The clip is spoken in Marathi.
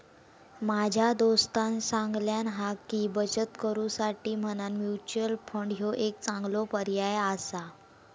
माझ्या दोस्तानं सांगल्यान हा की, बचत करुसाठी म्हणान म्युच्युअल फंड ह्यो एक चांगलो पर्याय आसा